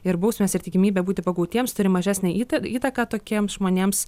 ir bausmės ir tikimybė būti pagautiems turi mažesnę įta įtaką tokiems žmonėms